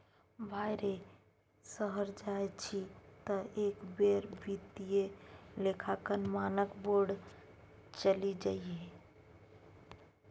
भाय रे शहर जाय छी तँ एक बेर वित्तीय लेखांकन मानक बोर्ड चलि जइहै